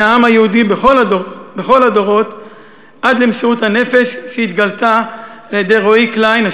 העם היהודי בכל הדורות ועד למסירות הנפש שהתגלתה על-ידי רועי קליין,